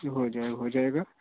जी हो जाएगा हो जाएगा